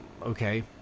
Okay